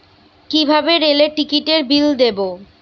কিভাবে রেলের টিকিটের বিল দেবো?